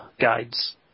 guides